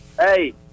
Hey